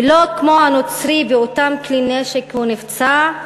ולא כמו הנוצרי, באותם כלי נשק הוא נפצע?